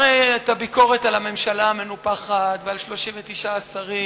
הרי את הביקורת על הממשלה המנופחת ועל 39 השרים